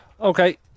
Okay